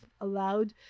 allowed